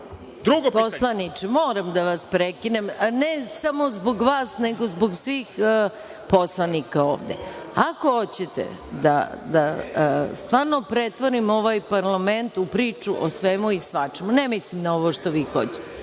Gojković** Poslaniče, moram da vas prekinem, ne samo zbog vas, nego i zbog drugih poslanika ovde. Ako hoćete da pretvorimo ovaj parlament u priču o svemu i svačemu, ne mislim na ovo što vi hoćete,